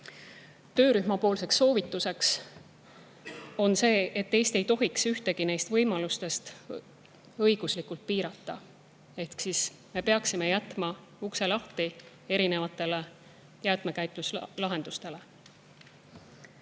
Töörühma soovitus on see, et Eesti ei tohiks ühtegi neist võimalustest õiguslikult piirata ehk me peaksime jätma ukse lahti erinevatele jäätmekäitluse lahendustele.